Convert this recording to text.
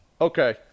Okay